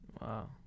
Wow